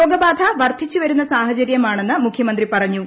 രോഗബാധ വർധിച്ചു വരുന്ന സാഹചര്യമാണെന്ന് മുഖ്യമന്ത്രി പറഞ്ഞു